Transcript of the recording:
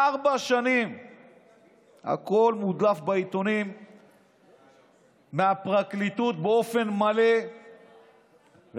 ארבע שנים הכול מודלף בעיתונים מהפרקליטות באופן מלא ומהמשטרה.